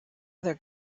other